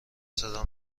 صدا